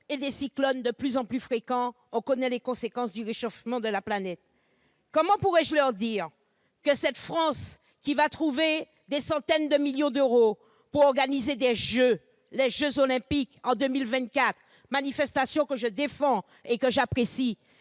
qui sont de plus en plus fréquents- on connaît les conséquences du réchauffement de la planète ? Comment pourrais-je leur expliquer que cette France qui trouvera des centaines de millions d'euros pour organiser des jeux, les jeux Olympiques de 2024- manifestation que je défends et que j'apprécie